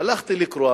הלכתי לקרוא.